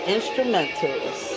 Instrumentals